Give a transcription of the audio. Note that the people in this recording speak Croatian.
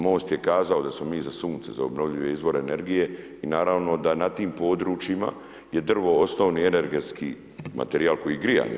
MOST je kazao da smo mi za sunce, za obnovljive izvore energije i naravno da na tim područjima je drvo osnovni energetski materijal grijanje.